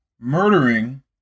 murdering